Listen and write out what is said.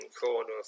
corner